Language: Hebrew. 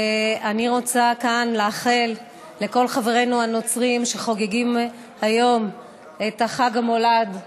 ואני רוצה כאן לאחל לכל חברינו הנוצרים שחוגגים היום את חג המולד,